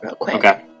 Okay